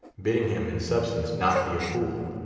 bidding him, in substance, not be a fool.